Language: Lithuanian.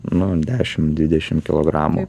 nu dešimt dvidešimt kilogramų